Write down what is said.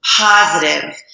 positive